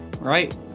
right